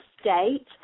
state